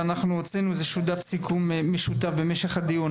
ואנחנו הוצאנו איזה שהוא דף סיכום משותף במשך הדיון.